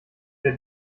der